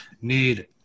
need